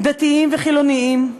דתיים וחילונים,